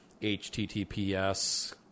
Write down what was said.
HTTPS